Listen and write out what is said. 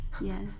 yes